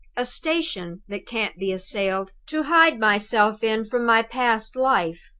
a station that can't be assailed, to hide myself in from my past life!